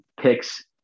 picks